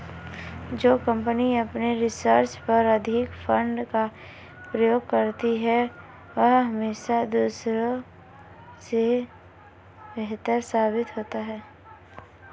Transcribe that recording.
जो कंपनी अपने रिसर्च पर अधिक फंड का उपयोग करती है वह हमेशा दूसरों से बेहतर साबित होती है